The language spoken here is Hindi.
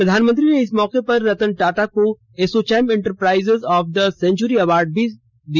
प्रधानमंत्री ने इस मौके पर रतन टाटा को ASSOCHAM enterprise of the century award भी प्रदान किया